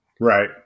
Right